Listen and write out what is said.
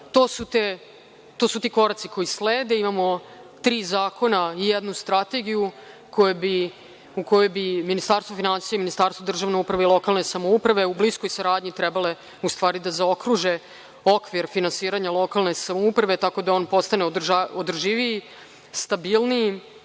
to su ti koraci koji slede. Imamo tri zakona i jednu strategiju u kojoj bi Ministarstvo finansija i Ministarstvo državne uprave i lokalne samouprave u bliskoj saradnji trebalo u stvari da zaokruže okvir finansiranja lokalne samouprave, tako da on postane održiviji, stabilniji